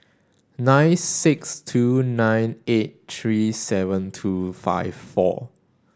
nine six two nine eight three seven two five four